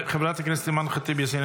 חברת הכנסת אימאן ח'טיב יאסין,